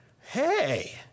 Hey